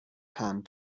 hand